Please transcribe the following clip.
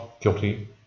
guilty